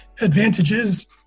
advantages